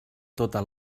tota